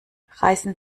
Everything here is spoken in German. reißen